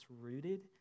rooted